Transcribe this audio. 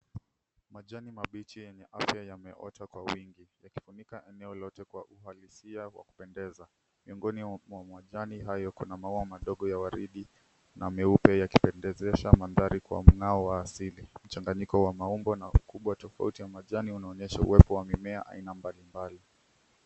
Majani mabichi yenye afya yameota kwa wingi, yakifunika eneo lote kwa uhalisia wa kupendeza. Miongoni mwa majani hayo kuna maua madogo ya waridi na meupe, yakipendezesha mandhari kwa mng'ao wa asili. Mchanganyiko wa maumbo na ukubwa tofauti wa majani unaonyesha uwepo wa mimea aina mbali mbali.